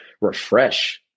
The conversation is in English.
refresh